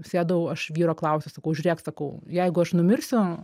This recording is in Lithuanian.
sėdau aš vyro klausiu sakau žiūrėk sakau jeigu aš numirsiu